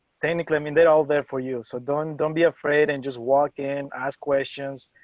technically i mean they're all there for you. so, don't, don't be afraid and just walk in, ask questions.